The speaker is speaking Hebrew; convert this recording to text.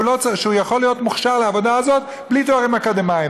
יכול להיות מוכשר להן בלי תארים אקדמיים.